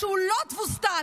שהוא לא תבוסתן,